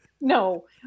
no